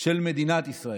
של מדינת ישראל.